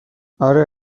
آره